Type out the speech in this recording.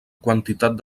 quantitat